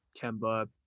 Kemba